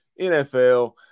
NFL